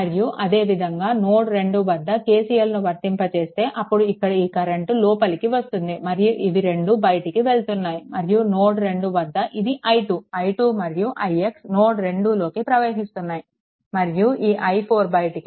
మరియు అదే విధంగా నోడ్2 వద్ద KCLను వర్తింప చేస్తే అప్పుడు ఇక్కడ ఈ కరెంట్ లోపలికి వస్తుంది మరియు ఇవి రెండు బయటికి వెళ్తున్నాయి మరియు నోడ్2 వద్ద ఇది i2 i2 మరియు ix నోడ్2 లోకి ప్రవహిస్తున్నాయి మరియు ఈ i4 బయటికి వెళ్తోంది